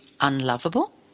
unlovable